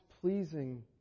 pleasing